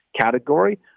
category